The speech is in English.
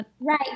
right